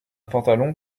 pantalon